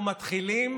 אנחנו מתחילים,